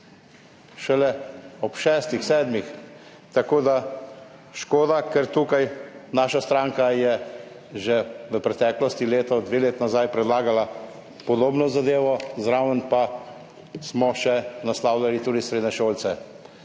šele ob šestih, sedmih. Škoda, ker je tukaj naša stranka že v preteklosti, leto, dve leti nazaj, predlagala podobno zadevo, zraven pa smo naslavljali tudi srednješolce.